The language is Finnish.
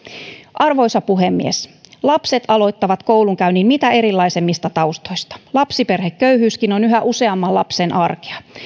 arvoisa puhemies lapset aloittavat koulunkäynnin mitä erilaisimmista taustoista lapsiperheköyhyyskin on yhä useamman lapsen arkea